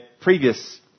previous